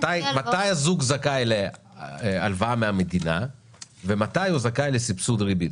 מתי זוג זכאי להלוואה מהמדינה ומתי הוא זכאי לסבסוד ריבית?